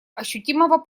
ощутимого